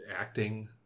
acting